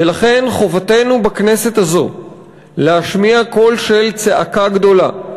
ולכן חובתנו בכנסת הזו להשמיע קול של צעקה גדולה,